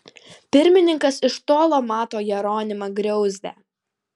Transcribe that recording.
pirmininkas iš tolo mato jeronimą griauzdę